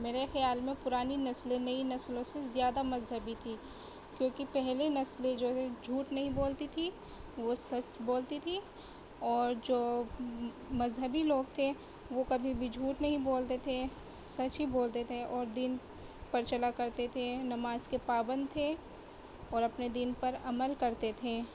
میرے خیال میں پرانی نسلیں نئی نسلوں سے زیادہ مذہبی تھیں کیونکہ پہلی نسلیں جو ہے جھوٹ نہیں بولتی تھی وہ سچ بولتی تھیں اور جو مذہبی لوگ تھے وہ کبھی بھی جھوٹ نہیں بولتے تھے سچ ہی بولتے تھے اور دین پر چلا کرتے تھے نماز کے پابند تھے اور اپنے دین پر عمل کرتے تھے